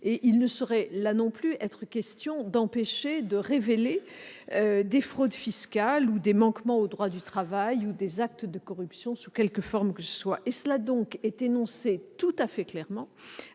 Il ne saurait, là non plus, être question d'empêcher de révéler des fraudes fiscales, des manquements au droit du travail ou des actes de corruption sous quelque forme que ce soit. Cela est énoncé tout à fait clairement